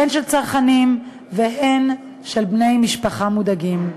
הן של צרכנים והן של בני משפחה מודאגים,